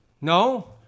No